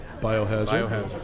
Biohazard